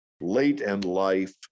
late-in-life